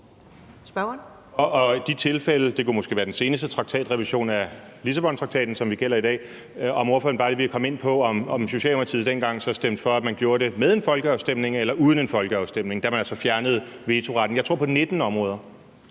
og et eksempel kunne måske være den seneste traktatrevision af Lissabontraktaten, som gælder i dag, vil jeg høre, om ordføreren bare lige vil komme ind på, om Socialdemokratiet dengang stemte for, at man gjorde det med en folkeafstemning eller uden en folkeafstemning, da man altså fjernede vetoretten på 19 områder,